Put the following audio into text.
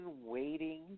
waiting